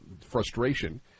frustration